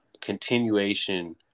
continuation